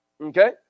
okay